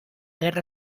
guerra